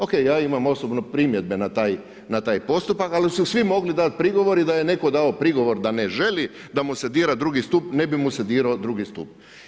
Ok, ja imam osobno primjedbe na taj postupak, ali su svi mogli dati prigovor i da je netko dao prigovor da ne želi da mu se dira II. stup, ne bi mu se dirao II. stup.